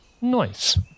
nice